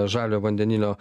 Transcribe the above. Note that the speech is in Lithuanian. žalio vandenilio